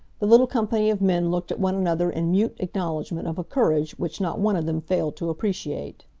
the little company of men looked at one another in mute acknowledgment of a courage which not one of them failed to appreciate.